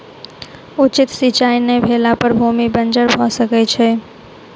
उचित सिचाई नै भेला पर भूमि बंजर भअ सकै छै